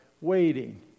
waiting